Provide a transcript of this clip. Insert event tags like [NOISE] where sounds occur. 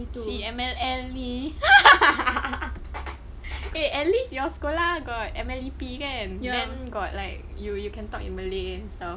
C_M_L_L ni [LAUGHS] eh at least your sekolah got M_L_P_P kan then got like you you can talk in malay style